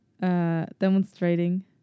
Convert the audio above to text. Demonstrating